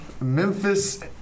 Memphis